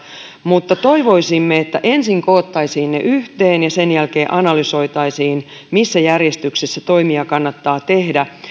mutta toivoisimme että ensin koottaisiin ne yhteen ja sen jälkeen analysoitaisiin missä järjestyksessä toimia kannattaa tehdä